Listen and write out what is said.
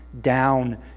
down